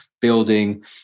building